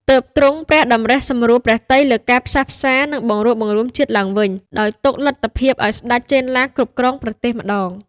ទើបទ្រង់ព្រះតម្រិះសម្រួលព្រះទ័យលើការផ្សះផ្សា និងបង្រួបបង្រួមជាតិឡើងវិញ ដោយទុកលទ្ធភាពឱ្យស្ដេចចេនឡាគ្រប់គ្រងប្រទេសម្តង។